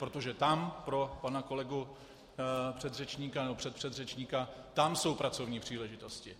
Protože tam pro pana kolegu předřečníka nebo předpředřečníka tam jsou pracovní příležitosti.